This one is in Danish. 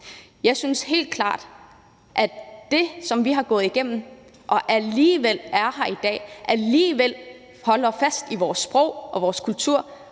Jeg synes helt klart, at det – på trods af det vi har gået igennem – at vi alligevel er her i dag, alligevel holder fast i vores sprog og vores kultur,